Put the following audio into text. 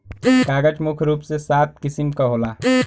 कागज मुख्य रूप से सात किसिम क होला